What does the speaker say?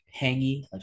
hangy